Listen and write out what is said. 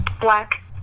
black